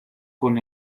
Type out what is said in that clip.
con